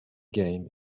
game